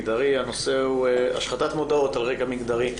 הנושא הוא: השחתת מודעות על רקע מגדרי,